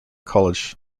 college